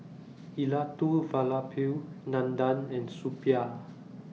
Elattuvalapil Nandan and Suppiah